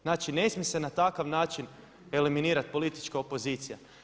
Znači ne smije se na takav način eliminirati politička opozicija.